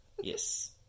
Yes